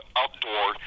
outdoor